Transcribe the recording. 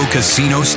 Casino